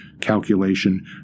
calculation